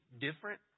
different